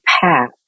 path